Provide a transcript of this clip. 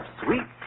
sweet